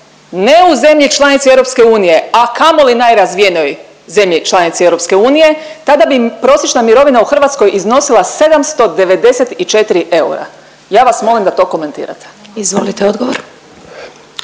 ne u zemlji članici EU, a kamoli najrazvijenijoj zemlji članici EU, tada bi prosječna mirovina u Hrvatskoj iznosila 794 eura. Ja vas molim da to komentirate. **Glasovac,